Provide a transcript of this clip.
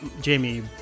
Jamie